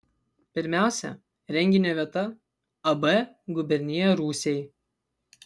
pirmiausia renginio vieta ab gubernija rūsiai